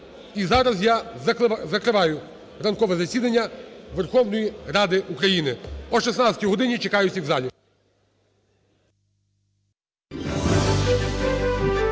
зараз я закриваю ранкове засідання Верховної Ради України. О 16 годині чекаю всіх у залі.